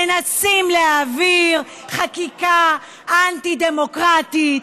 מנסים להעביר חקיקה אנטי-דמוקרטית,